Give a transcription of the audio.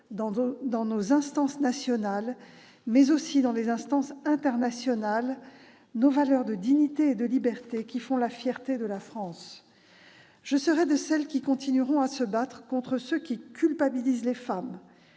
dans nos instances nationales, mais aussi dans les instances internationales, les valeurs de dignité et de liberté qui font la fierté de la France. Je serai de celles qui continueront à se battre contre ceux qui culpabilisent les femmes,